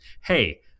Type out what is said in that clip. hey